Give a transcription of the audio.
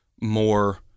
more